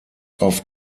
auf